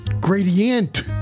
Gradient